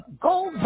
go